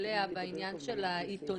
לאה בעניין של העיתונות.